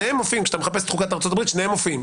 שניהם מופיעים.